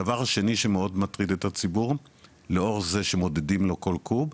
הדבר השני שמאוד מטריד את הציבור לאור זה שמודדים לו כל קוב,